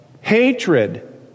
Hatred